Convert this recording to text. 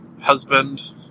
husband